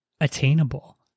attainable